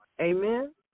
Amen